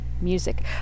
music